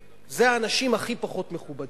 כי זה יפגע בכבודי, זה האנשים הכי פחות מכובדים.